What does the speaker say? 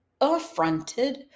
affronted